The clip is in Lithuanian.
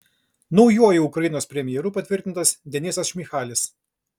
naujuoju ukrainos premjeru patvirtintas denysas šmyhalis